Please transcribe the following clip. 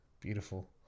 Beautiful